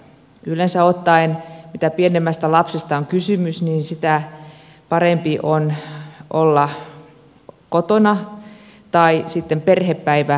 yleensä ottaen mitä pienemmästä lapsesta on kysymys sitä parempi on olla kotona tai sitten perhepäivähoidossa